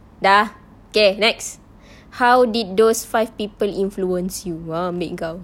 sudah okay next how did those five people influence you !wow! ambil engkau